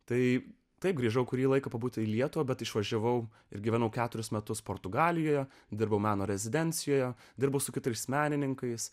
tai taip grįžau kurį laiką pabūti į lietuvą bet išvažiavau ir gyvenau keturis metus portugalijoje dirbau meno rezidencijoje dirbo su kitais menininkais